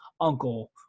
uncle